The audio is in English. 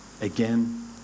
Again